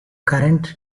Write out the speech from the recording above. current